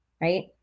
Right